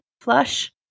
flush